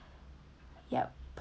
yup